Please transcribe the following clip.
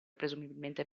presumibilmente